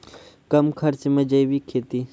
कम खर्च मे जैविक खेती?